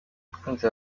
umukunzi